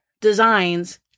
designs